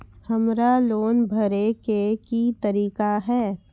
हमरा लोन भरे के की तरीका है?